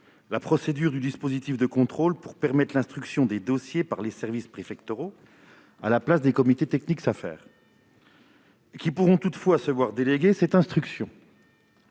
la procédure du dispositif de contrôle pour permettre l'instruction des dossiers par les services préfectoraux à la place des comités techniques des Safer, lesquels pourront toutefois se voir déléguer cette instruction.